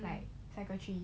like secretary